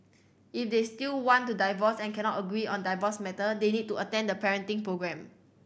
if they still want to divorce and cannot agree on divorce matter they need to attend the parenting programme